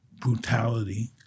brutality